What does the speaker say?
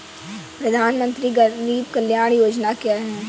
प्रधानमंत्री गरीब कल्याण योजना क्या है?